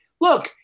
look